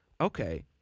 Okay